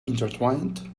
intertwined